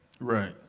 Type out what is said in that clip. Right